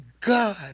God